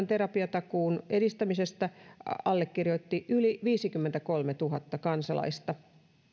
terapiatakuun edistämisestä allekirjoitti yli viisikymmentäkolmetuhatta kansalaista